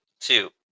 Two